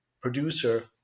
producer